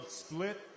split